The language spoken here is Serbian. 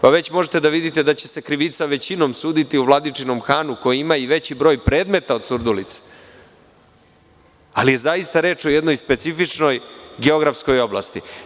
Pa već možete da vidite da će se krivica većinom suditi u Vladičinom Hanu, koji ima i veći broj predmeta od Surdulice, ali je zaista reč o jednoj specifičnoj geografskoj oblasti.